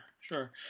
sure